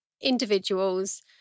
individuals